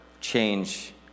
change